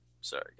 Sorry